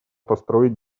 построить